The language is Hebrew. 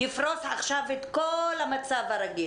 שיפרוש עכשיו את כל המצב הרגיל.